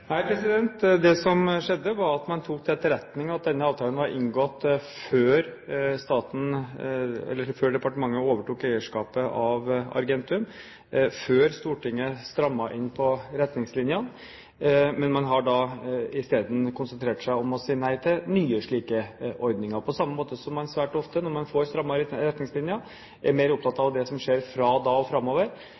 Det som skjedde, var at man tok til etterretning at denne avtalen var inngått før departementet overtok eierskapet av Argentum, før Stortinget strammet inn på retningslinjene. Man har da isteden konsentrert seg om å si nei til nye slike ordninger, på samme måte som man svært ofte, når man får strammere retningslinjer, er mer opptatt av det som skjer fra da og framover,